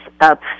up